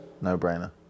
No-brainer